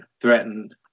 threatened